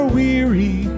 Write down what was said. weary